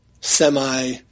semi